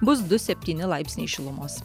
bus du septyni laipsniai šilumos